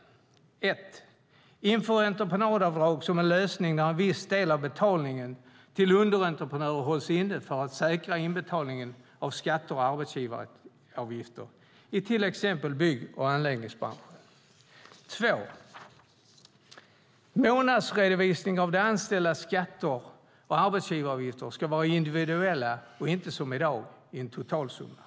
För det första: Inför entreprenadavdrag som en lösning där en viss del av betalningen till underentreprenörer hålls inne för att säkra inbetalning av skatter och arbetsgivaravgifter i till exempel bygg och anläggningsbranschen. För det andra: Månadsredovisningen av de anställdas skatter och arbetsgivaravgifter ska vara individuell och inte, som i dag, i form av en totalsumma.